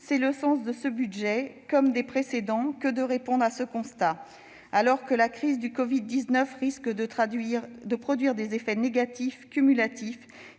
C'est le sens de ce budget comme des précédents que de répondre à ce constat. Alors que la crise du covid-19 risque de produire des effets négatifs cumulatifs,